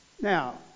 Now